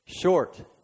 Short